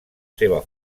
seva